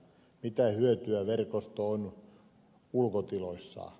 mitä hyötyä verkosta on ulkotiloissa